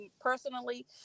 personally